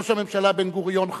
ראש הממשלה בן-גוריון חלה,